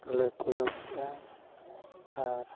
ᱞᱮ ᱠᱩᱲᱟᱹᱣ ᱠᱮᱜᱼᱟ ᱟᱨ